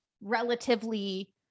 relatively